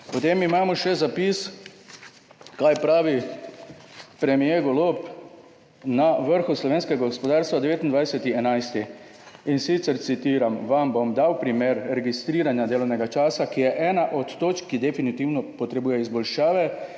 Potem imamo še zapis, kaj pravi premier Golob na vrhu slovenskega gospodarstva, 29. 11., in sicer citiram: »Vam bom dal primer registriranja delovnega časa, ki je ena od točk, ki definitivno potrebuje izboljšave.«